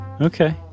Okay